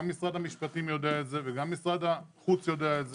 גם משרד המשפטים יודע את זה וגם משרד החוץ יודע את זה,